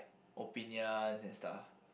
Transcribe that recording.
opinions and stuff